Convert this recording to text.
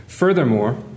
Furthermore